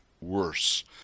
worse